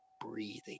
breathing